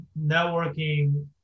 networking